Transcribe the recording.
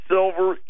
Silver